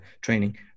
training